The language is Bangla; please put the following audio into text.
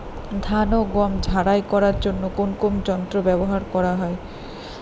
ধান ও গম ঝারাই করার জন্য কোন কোন যন্ত্র ব্যাবহার করা হয়?